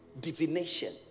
Divination